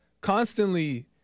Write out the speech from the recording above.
constantly